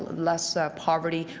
less poverty,